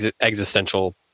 existential